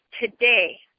today